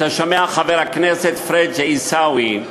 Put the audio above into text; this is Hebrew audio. אתה שומע, חבר הכנסת פריג' עיסאווי?